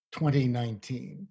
2019